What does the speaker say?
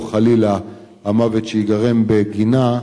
או חלילה המוות שייגרם בגינה,